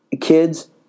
kids